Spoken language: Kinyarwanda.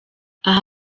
aha